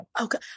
Okay